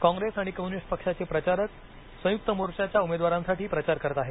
कॉंग्रेस आणि कम्युनिस्ट पक्षाचे प्रचारक संयुक्त मोर्चाच्या उमेदवारांसाठी प्रचार करत आहेत